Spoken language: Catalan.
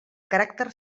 caràcter